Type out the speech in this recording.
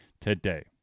today